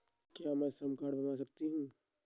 क्या मैं श्रम कार्ड बनवा सकती हूँ?